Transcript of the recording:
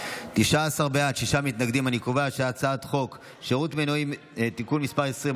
את הצעת חוק שירות המדינה (מינויים) (תיקון מס' 20)